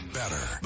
better